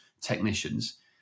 technicians